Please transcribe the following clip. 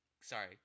sorry